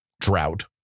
drought